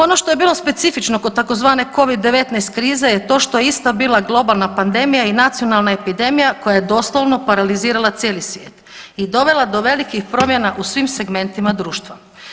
Ono što je bilo specifično kod tzv. covid-19 krize je to što je ista bila globalna pandemija i nacionalna epidemija koja je doslovno paralizirala cijeli svijet i dovela do velikih promjena u svim segmentima društva.